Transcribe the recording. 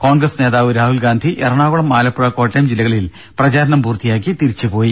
കോൺഗ്രസ് നേതാവ് രാഹുൽ ഗാന്ധി എറണാകുളം ആലപ്പുഴ കോട്ടയം ജില്ലകളിൽ പ്രചാരണം പൂർത്തിയാക്കി തിരിച്ചുപോയി